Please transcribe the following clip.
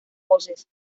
voces